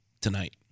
tonight